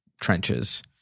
trenches